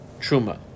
truma